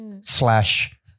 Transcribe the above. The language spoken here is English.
slash